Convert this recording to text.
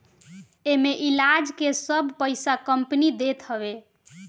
एमे इलाज के सब पईसा कंपनी देत हवे